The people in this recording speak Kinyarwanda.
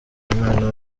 umwana